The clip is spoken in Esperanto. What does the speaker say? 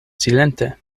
silente